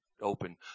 open